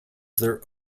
their